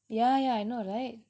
yeah yeah I know right